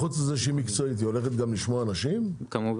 חוץ מזה שהיא מקצועית, תשמע גם אנשים וגופים?